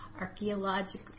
archaeological